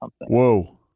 Whoa